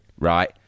right